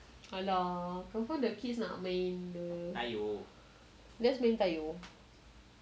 !alah! confirm the kids nak main the tayoh